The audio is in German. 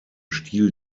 stil